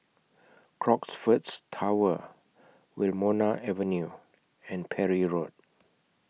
Crockfords Tower Wilmonar Avenue and Parry Road